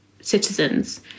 citizens